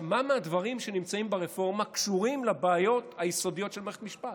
מה מהדברים שנמצאים ברפורמה קשור לבעיות היסודיות של מערכת המשפט?